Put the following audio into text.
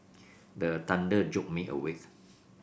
the thunder jolt me awake